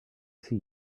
see